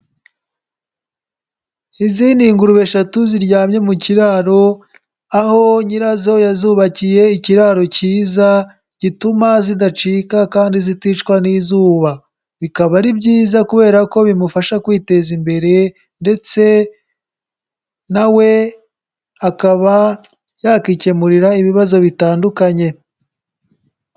Izindi ngurube eshatu ziryamye mu kiraro, aho nyirazo yazubakiye ikiraro kiyiza gituma zidacika kandi ziticwa n'izuba. Bikaba ari byiza kubera ko bimufasha kwiteza imbere ndetse na we akaba yakikemurira ibibazo bitandukanye.